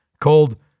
called